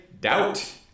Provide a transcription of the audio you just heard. doubt